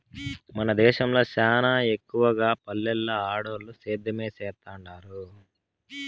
మన దేశంల సానా ఎక్కవగా పల్లెల్ల ఆడోల్లు సేద్యమే సేత్తండారు